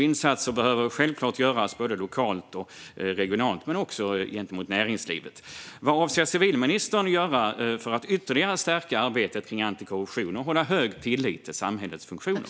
Insatser behöver självklart göras lokalt och regionalt men också gentemot näringslivet. Vad avser civilministern att göra för att ytterligare stärka arbetet kring antikorruption och upprätthålla en hög tillit till samhällets funktioner?